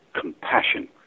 compassion